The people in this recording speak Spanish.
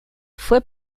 fue